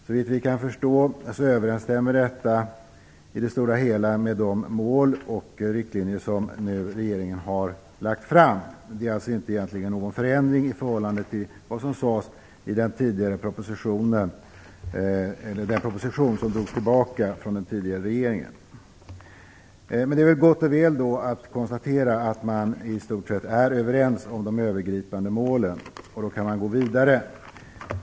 Såvitt vi kan förstå, överensstämmer detta i det stora hela med de mål och riktlinjer som regeringen nu har lagt fram. Det är alltså inte någon förändring egentligen i förhållande till vad som sades i den proposition som drogs tillbaka av den tidigare regeringen. Det är gott och väl att konstatera att man i stort sett är överens om de övergripande målen. Då kan man gå vidare.